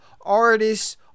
artists